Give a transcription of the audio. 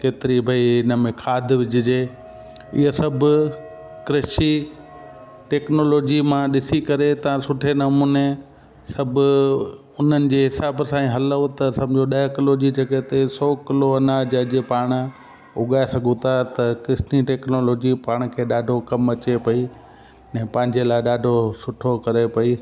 केतिरी भई इन में खाद विझिजे इहे सभु कृषि टैक्नोलॉजी मां ॾिसी करे तव्हां सुठे नमूने सभु उन्हनि जे हिसाब सां ई हलो त सम्झो ॾह किलो जी जॻहि ते सौ किलो अनाज अॼु पाण उगाए सघूं था त कृषि टैक्नोलॉजी पाण खे ॾाढो कमु अचे पई ऐं पंहिंजे लाइ ॾाढो सुठो करे पई